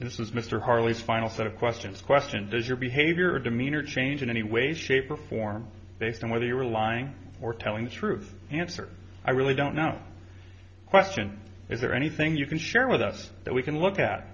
it was mr harley's final set of questions question does your behavior demeanor change in any way shape or form based on whether you are lying or telling the truth the answer i really don't know question is there anything you can share with us that we can look at